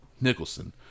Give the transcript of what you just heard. Nicholson